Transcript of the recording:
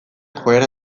joera